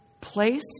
place